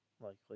Likely